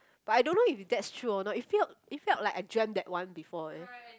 but I don't know if that's true or not it felt it felt like I dreamt that one before eh